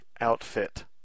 outfit